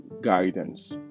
guidance